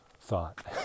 thought